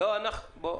לא הכול פוליטי.